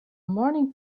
morning